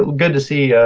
good to see yeah